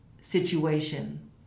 situation